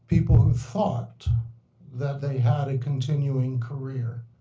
people who thought that they had a continuing career.